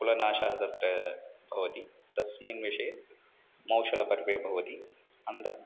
कुलनाशः तत्र भवति तस्मिन् विषये मौसलपर्वे भवति अनन्तरम्